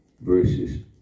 verses